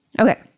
Okay